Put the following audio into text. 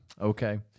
Okay